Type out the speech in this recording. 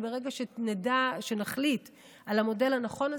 וברגע שנחליט על המודל הנכון,